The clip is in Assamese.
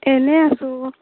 এনেই আছোঁ